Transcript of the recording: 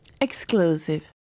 Exclusive